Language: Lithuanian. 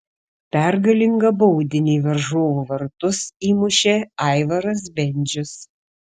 pergalingą baudinį į varžovų vartus įmušė aivaras bendžius